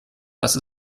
dass